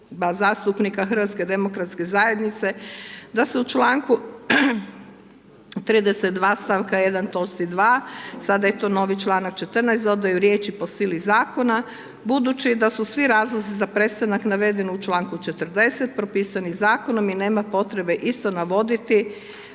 kluba zastupnika HDZ-a da se u čl. 32. st. 1. toč. 2, sada je to novi čl. 14., dodaju riječi, po sili zakona, budući da su svi razlozi za prestanak navedeni u čl. 40. propisani Zakonom i nema potrebe isto navoditi